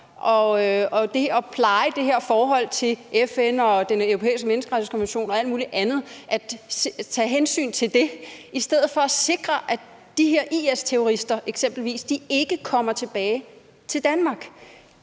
Er det vigtigere at pleje forholdet til FN og Den Europæiske Menneskerettighedskonvention og alt muligt andet og tage hensyn til det i stedet for at sikre, at de her IS-terrorister eksempelvis ikke kommer tilbage til Danmark?